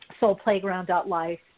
soulplayground.life